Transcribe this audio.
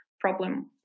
problem